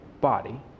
body